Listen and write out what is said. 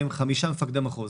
עברתי חמישה מפקדי מחוז.